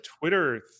Twitter